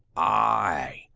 i,